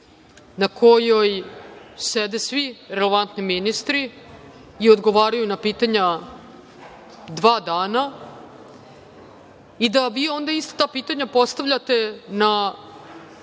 na kojoj sede svi relevantni ministri i odgovaraju na pitanja dva dana i da vi onda ta ista pitanja postavljate na